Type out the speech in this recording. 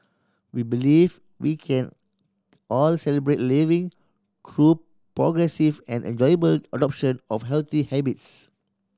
we believe we can all Celebrate Living through progressive and enjoyable adoption of healthy habits